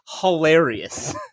hilarious